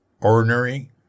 ordinary